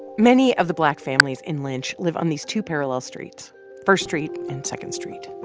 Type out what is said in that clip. many of the black families in lynch live on these two parallel streets first street and second street.